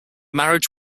marriage